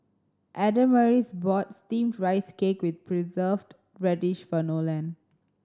Adamaris bought Steamed Rice Cake with Preserved Radish for Nolen